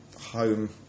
home